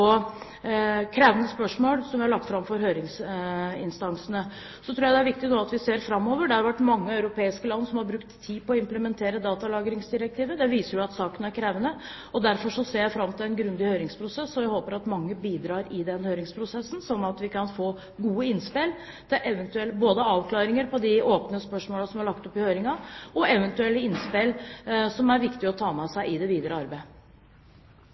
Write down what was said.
krevende spørsmål som vi har lagt fram for høringsinstansene. Så tror jeg det nå er viktig at vi ser framover. Det er mange europeiske land som har brukt tid på å implementere datalagringsdirektivet. Det viser jo at saken er krevende, og derfor ser jeg fram til en grundig høringsprosess. Jeg håper at mange bidrar i den høringsprosessen, slik at vi kan få gode innspill til både avklaringer på de åpne spørsmålene som det er lagt opp til i høringen, og eventuelle innspill som er viktige å ta med seg i det videre arbeidet.